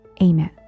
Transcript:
Amen